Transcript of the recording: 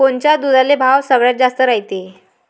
कोनच्या दुधाले भाव सगळ्यात जास्त रायते?